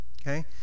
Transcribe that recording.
Okay